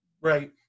Right